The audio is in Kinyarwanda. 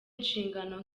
inshingano